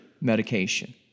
medication